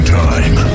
time